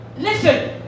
Listen